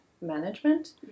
management